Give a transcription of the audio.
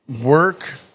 work